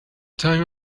time